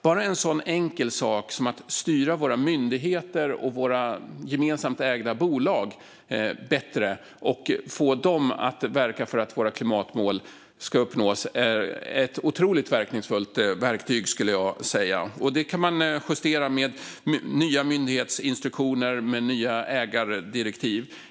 Bara en sådan enkel sak som att styra våra myndigheter och gemensamt ägda bolag bättre och få dem att verka för att våra klimatmål ska uppnås är otroligt verkningsfullt, skulle jag säga. Det kan man justera med nya myndighetsinstruktioner och ägardirektiv.